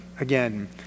again